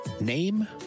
Name